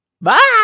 bye